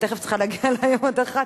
ותיכף צריכה להגיע אלי עוד אחת.